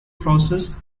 process